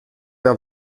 der